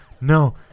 no